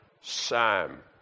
Sam